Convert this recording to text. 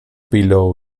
below